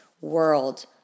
world